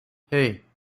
hey